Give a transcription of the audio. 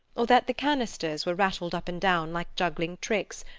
or that the canisters were rattled up and down like juggling tricks,